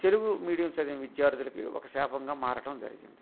Telugu medium చదివిన విద్యార్థులకి ఒక శాపంగా మారటం జరిగింది